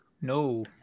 no